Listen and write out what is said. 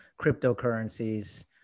cryptocurrencies